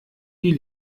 die